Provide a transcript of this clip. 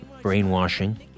brainwashing